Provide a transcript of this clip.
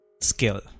skill